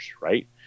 right